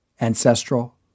ancestral